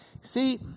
See